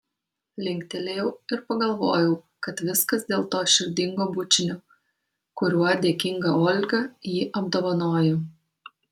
linktelėjau ir pagalvojau kad viskas dėl to širdingo bučinio kuriuo dėkinga olga jį apdovanojo